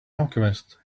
alchemist